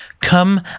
come